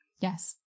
Yes